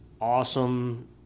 awesome